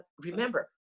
remember